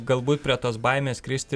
galbūt prie tos baimės skristi